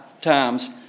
times